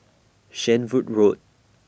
Shenvood Road